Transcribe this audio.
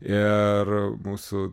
ir mūsų